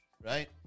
Right